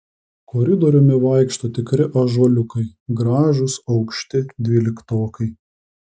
koridoriumi vaikšto tikri ąžuoliukai gražūs aukšti dvyliktokai